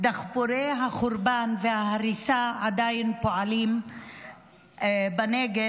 דחפורי החורבן וההריסה עדיין פועלים בנגב,